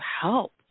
help